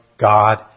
God